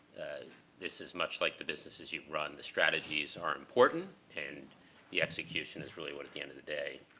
ah this is much like the businesses you've run. the strategies are important, and the execution is really what, at the end of the day,